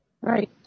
Right